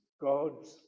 God's